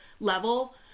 level